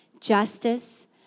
justice